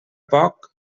poc